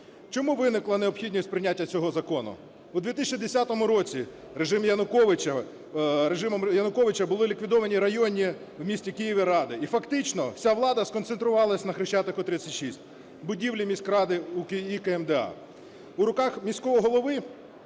Чому виникла необхідність прийняття цього закону? В 2010 році режимом Януковича були ліквідовані районні в місті Києві ради, і фактично вся влада сконцентрувалась на Хрещатику, 36, будівлі міськради і КМДА. У руках міського голови,